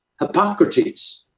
Hippocrates